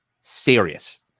serious